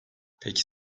peki